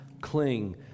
cling